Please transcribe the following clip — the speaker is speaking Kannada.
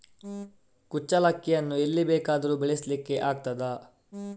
ಕುಚ್ಚಲಕ್ಕಿಯನ್ನು ಎಲ್ಲಿ ಬೇಕಾದರೂ ಬೆಳೆಸ್ಲಿಕ್ಕೆ ಆಗ್ತದ?